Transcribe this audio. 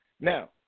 Now